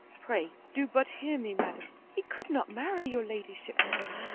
pray do but hear me, madam he could not marry your ladyship, madam.